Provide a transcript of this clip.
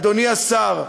אדוני השר,